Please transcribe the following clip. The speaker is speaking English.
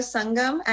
Sangam